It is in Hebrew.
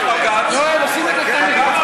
לא, הם עושים את זה תמיד.